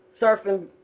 surfing